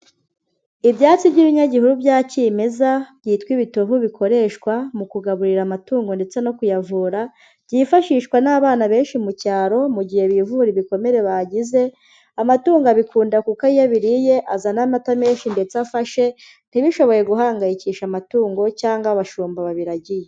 Ibyatsi by'ibinyagihuru bya kimeza byitwa ibitovu bikoreshwa mu kugaburira amatungo ndetse no kuyavura, byifashishwa n'abana benshi mu cyaro mu gihe bivura ibikomere bagize, amatungo abikunda kuko iyo abiriye azana amata menshi ndetse afashe, ntibishobore guhangayikisha amatungo cyangwa abashumba babiragiye.